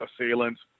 assailants